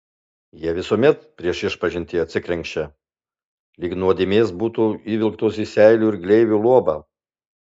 jie visuomet prieš išpažintį atsikrenkščia lyg nuodėmės būtų įvilktos į seilių ir gleivių luobą